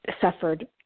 suffered